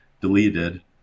deleted